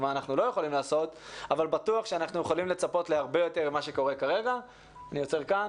אני עוצר כאן.